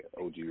OG